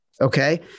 Okay